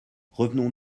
revenons